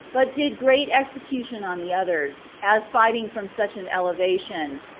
but did great execution on the others, as fighting from such an elevation,